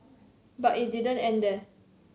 but it didn't end there